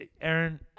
Aaron